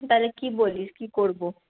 তাহলে কি বলিস কি করবো